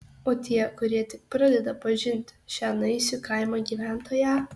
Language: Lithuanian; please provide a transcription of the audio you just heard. o tie kurie tik pradeda pažinti šią naisių kaimo gyventoją